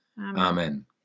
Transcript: Amen